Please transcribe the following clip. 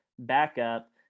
Backup